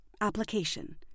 Application